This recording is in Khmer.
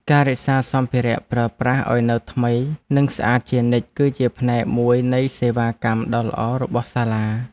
ការរក្សាសម្ភារៈប្រើប្រាស់ឱ្យនៅថ្មីនិងស្អាតជានិច្ចគឺជាផ្នែកមួយនៃសេវាកម្មដ៏ល្អរបស់សាលា។